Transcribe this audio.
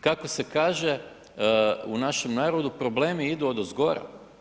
Kako se kaže u našem narodu, problemi idu odozgora.